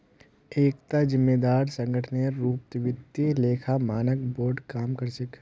एकता जिम्मेदार संगठनेर रूपत वित्तीय लेखा मानक बोर्ड काम कर छेक